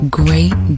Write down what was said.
great